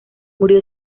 murió